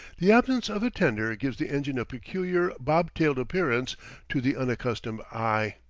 the absence of a tender gives the engine a peculiar, bob-tailed appearance to the unaccustomed eye.